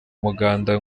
muganda